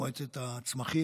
מועצת הצמחים.